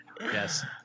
Yes